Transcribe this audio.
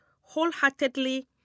wholeheartedly